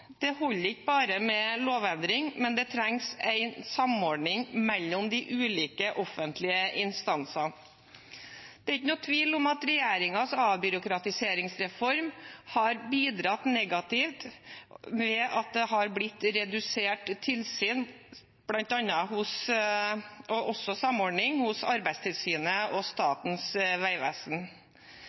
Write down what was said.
Det holder ikke bare med lovendring, det trengs en samordning mellom de ulike offentlige instansene. Det er ikke noen tvil om at regjeringens avbyråkratiseringsreform har bidratt negativt ved at det har blitt redusert tilsyn og også samordning hos Arbeidstilsynet og Statens vegvesen.